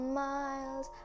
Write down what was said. miles